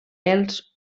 els